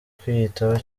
kwiyitaho